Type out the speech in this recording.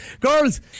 Girls